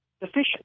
deficient